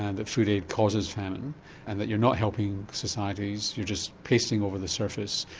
and that food aid causes famine and that you're not helping societies you're just pasting over the surface.